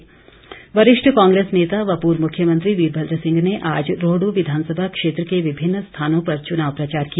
कांग्रेस वरिष्ठ कांग्रेस नेता व पूर्व मुख्यमंत्री वीरभद्र सिंह ने आज रोहड् विधानसभा क्षेत्र के विभिन्न स्थानों पर चुनाव प्रचार किया